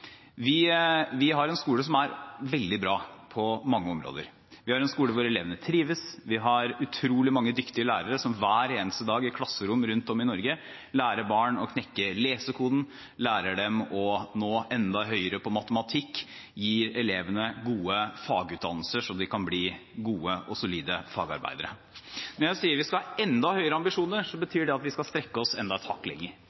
dag. Vi har en skole som på mange områder er veldig bra. Vi har en skole hvor elevene trives. Vi har utrolig mange dyktige lærere som i klasserom rundt om i Norge hver eneste dag lærer barn å knekke lesekoden, lærer dem å skåre enda høyere i matematikk – gir elevene gode fagutdannelser slik at de kan bli gode og solide fagarbeidere. Når jeg sier vi skal ha enda høyere ambisjoner,